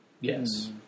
Yes